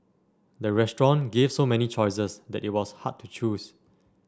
the restaurant gave so many choices that it was hard to choose